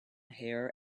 hair